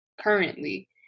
currently